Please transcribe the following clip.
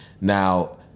Now